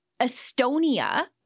Estonia